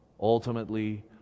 ultimately